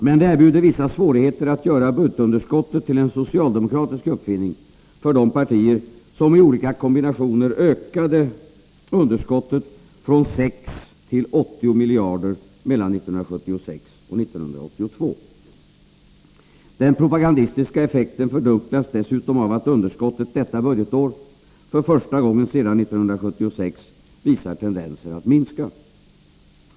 Men det erbjuder vissa svårigheter att göra budgetunderskottet till en socialdemokratisk uppfinning för de partier som, i olika kombinationer, ökade underskottet från 6 till 80 miljarder mellan 1976 och 1982. Den propagandistiska effekten fördunklas dessutom av att underskottet detta budgetår, för första gången sedan 1976, visar tendenser att minska.